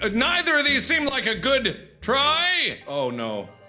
ah neither of these seem like a good try! oh no.